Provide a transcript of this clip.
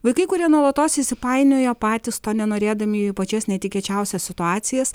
vaikai kurie nuolatos įsipainioja patys to nenorėdami į pačias netikėčiausias situacijas